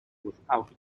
without